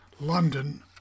London